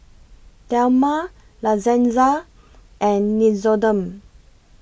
Dilmah La Senza and Nixoderm